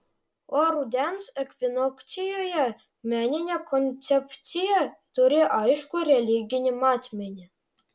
o rudens ekvinokcijoje meninė koncepcija turi aiškų religinį matmenį